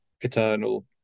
eternal